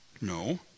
No